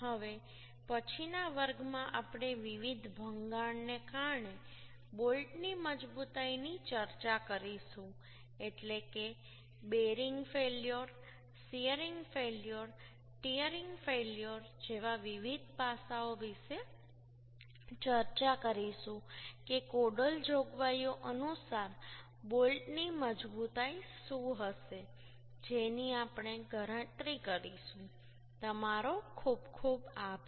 હવે પછીના વર્ગમાં આપણે વિવિધ ભંગાણ ને કારણે બોલ્ટની મજબૂતાઈની ચર્ચા કરીશું એટલે કે bearing failure shearing failure tearing failure જેવા વિવિધ પાસાઓ વિશે ચર્ચા કરીશું કે કોડલ જોગવાઈઓ અનુસાર બોલ્ટની મજબૂતાઈ શું હશે જેની આપણે ગણતરી કરીશું તમારો ખૂબ ખૂબ આભાર